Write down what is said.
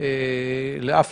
לאף